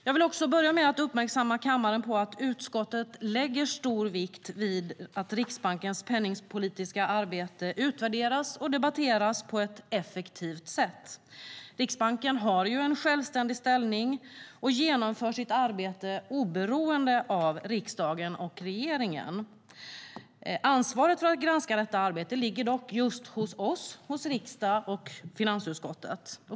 Jag vill också börja med att uppmärksamma kammaren på att utskottet lägger stor vikt vid att Riksbankens penningpolitiska arbete utvärderas och debatteras på ett effektivt sätt. Riksbanken har en självständig ställning och genomför sitt arbete oberoende av riksdagen och regeringen. Ansvaret för att granska detta arbete ligger dock hos oss i riksdagen och finansutskottet.